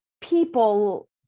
people